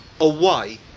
away